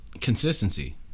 consistency